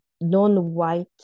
non-white